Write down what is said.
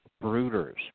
brooders